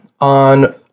on